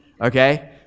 okay